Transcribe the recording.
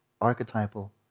archetypal